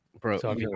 bro